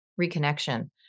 reconnection